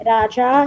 Raja